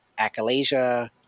achalasia